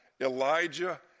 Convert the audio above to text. Elijah